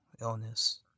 illness